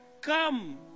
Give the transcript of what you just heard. come